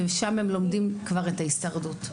ושם לומדים כבר את ההישרדות.